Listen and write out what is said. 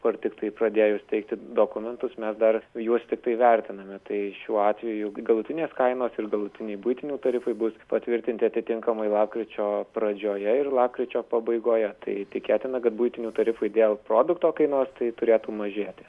kur tiktai pradėjus teikti dokumentus mes dar juos tiktai vertiname tai šiuo atveju galutinės kainos ir galutiniai buitinių tarifai bus patvirtinti atitinkamai lapkričio pradžioje ir lapkričio pabaigoje tai tikėtina kad buitinių tarifai dėl produkto kainos tai turėtų mažėti